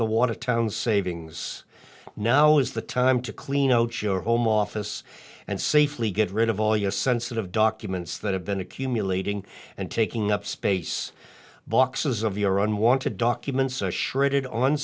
the want to town savings now is the time to clean out your home office and safely get rid of all u s sensitive documents that have been accumulating and taking up space boxes of your own want to documents a shredded on